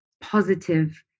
positive